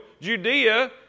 Judea